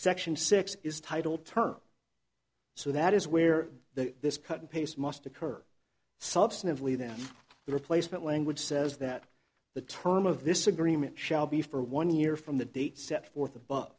section six is titled term so that is where the this cut and paste must occur substantively that the replacement language says that the term of this agreement shall be for one year from the date set forth